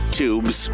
tubes